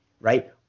right